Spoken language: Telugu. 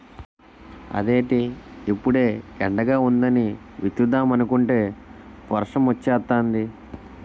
అదేటి ఇప్పుడే ఎండగా వుందని విత్తుదామనుకుంటే వర్సమొచ్చేతాంది